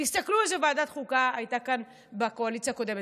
תסתכלו איזו ועדת חוקה הייתה כאן בקואליציה הקודמת.